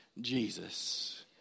Jesus